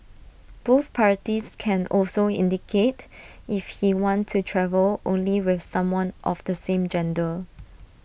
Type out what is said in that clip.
both parties can also indicate if he want to travel only with someone of the same gender